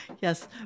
Yes